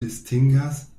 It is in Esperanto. distingas